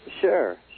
Sure